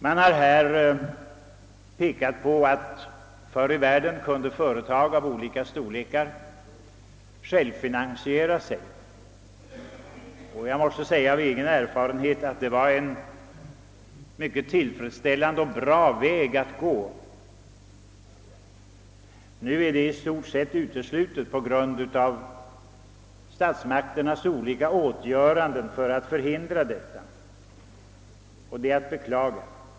Man har här pekat på att förr kunde företag av olika storlekar självfinansiera sig, och jag måste säga av egen erfarenhet att det var en mycket tillfredsställande och bra väg att gå. Nu är det i stort sett uteslutet på grund av statsmakternas olika åtgöranden för att förhindra detta, och det är att beklaga.